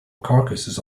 carcasses